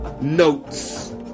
notes